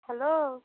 hello